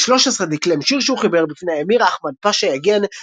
בגיל 13 דקלם שיר שהוא חיבר בפני האמיר אחמד פאשה יגן,